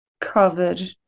covered